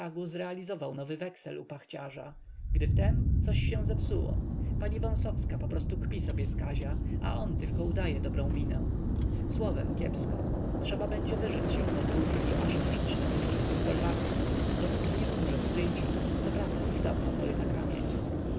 zrealizował nowy weksel u pachciarza gdy wtem coś się zepsuło pani wąsowska poprostu kpi sobie z kazia a on tylko udaje dobrą minę słowem kiepsko trzeba będzie wyrzec się podróży i osiąść na piaszczystym folwarczku dopóki nie umrze stryjcio coprawda już dawno chory na kamień